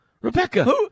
Rebecca